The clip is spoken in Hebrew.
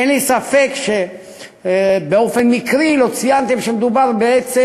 אין לי ספק שבאופן מקרי לא ציינתם שמדובר בעצם